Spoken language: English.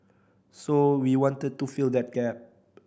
so we wanted to fill that gap